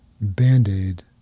band-aid